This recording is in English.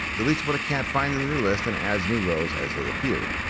deletes what it can't find in the new list, and adds new rows as they appear.